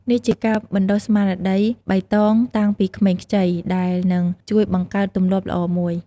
នេះជាការបណ្ដុះស្មារតីបៃតងតាំងពីក្មេងខ្ចី ដែលនឹងជួយបង្កើតទម្លាប់ល្អមួយ។